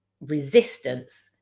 resistance